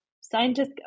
scientists